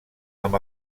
amb